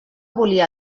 volia